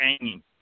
hanging